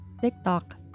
TikTok